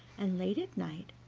and late at night,